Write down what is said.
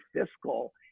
fiscal